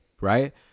right